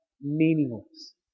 meaningless